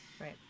right